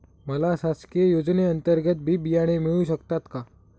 मला शासकीय योजने अंतर्गत बी बियाणे मिळू शकतात का?